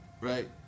Right